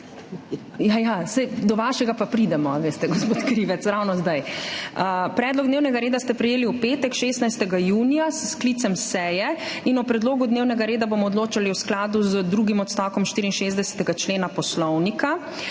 Ja, saj do vašega pa pridemo, veste, gospod Krivec, ravno zdaj. Predlog dnevnega reda ste prejeli v petek, 16. junija 2023, s sklicem seje. O predlogu dnevnega reda bomo odločali v skladu z drugim odstavkom 64. člena Poslovnika.